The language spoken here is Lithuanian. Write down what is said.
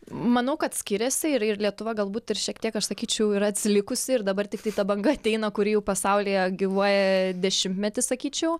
manau kad skiriasi ir ir lietuva galbūt ir šiek tiek aš sakyčiau yra atsilikusi ir dabar tiktai ta banga ateina kuri jau pasaulyje gyvuoja dešimtmetį sakyčiau